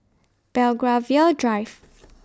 Belgravia Drive